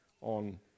on